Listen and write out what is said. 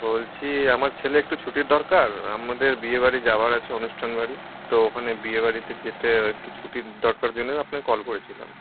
বলছি আমার ছেলের একটু ছুটির দরকার আমাদের বিয়ে বাড়ি যাওয়ার আছে অনুষ্ঠান বাড়ি তো ওখানে বিয়ে বাড়িতে যেতে ওর একটু ছুটির দরকারের জন্যই আপনাকে কল করেছিলাম